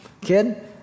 kid